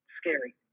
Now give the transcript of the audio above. Scary